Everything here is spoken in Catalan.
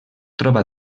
troba